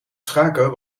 schaken